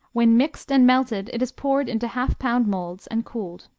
when mixed and melted it is poured into half-pound molds and cooled.